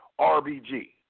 RBG